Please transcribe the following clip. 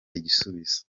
igisubizo